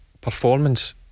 performance